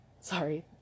sorry